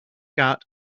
got